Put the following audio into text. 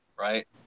right